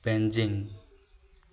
Beijing